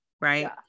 right